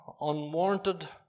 unwarranted